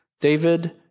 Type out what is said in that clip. David